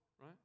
right